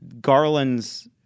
Garland's